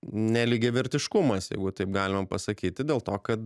nelygiavertiškumas jeigu taip galima pasakyti dėl to kad